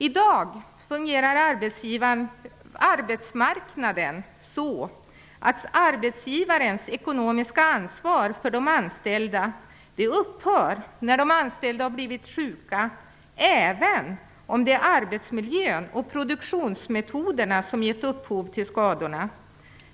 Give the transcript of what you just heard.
I dag fungerar arbetsmarknaden så, att arbetsgivarens ekonomiska ansvar för de anställda upphör när de anställda har blivit sjuka, även om det är arbetsmiljön och produktionsmetoderna som har gett upphov till skadorna.